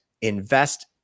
Invest